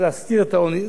זו באמת תופעה מאוד קשה.